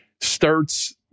starts